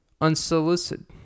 unsolicited